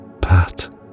Pat